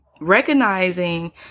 recognizing